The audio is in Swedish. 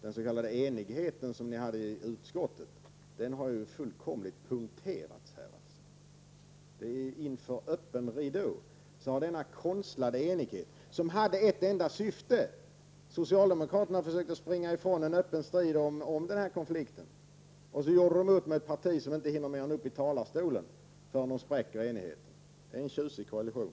Den s.k. enighet som ni hade i utskottet har fullkomligt punkterats här. Inför öppen ridå har denna konstlade enighet spruckit, en enighet som hade ett enda syfte: socialdemokraterna försökte springa ifrån en öppen strid om konflikten och gjorde upp med ett parti vars representanter inte hinner mer än upp i talarstolen förrän de spräcker enigheten. Det är en tjusig koalition!